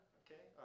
okay